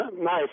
Nice